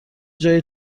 جای